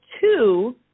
two